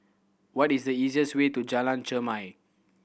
what is the easiest way to Jalan Chermai